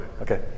Okay